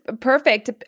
perfect